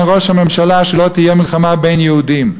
ראש הממשלה שלא תהיה מלחמה בין יהודים.